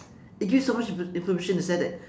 it gives so much infor~ information in the sense that